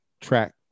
track